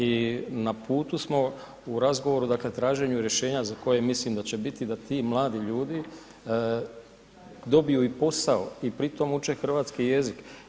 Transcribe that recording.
I na putu smo u razgovoru, dakle traženju rješenja za koje mislim da će biti da ti mladi ljudi dobiju i posao i pri tom uče i hrvatski jezik.